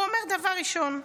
הוא אומר דבר ראשון: